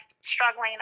struggling